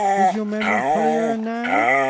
is your memory clearer now?